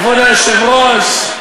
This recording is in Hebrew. כבוד היושב-ראש,